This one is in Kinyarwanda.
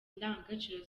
indangagaciro